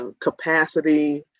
capacity